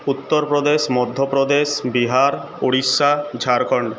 Uttar Pradesh Madhya Pradesh Bihar Orissa Jharkhand